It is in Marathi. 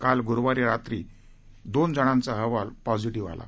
काल गुरुवारी रात्री दोन जणांचा अहवाल पॉझिरिव्हे आला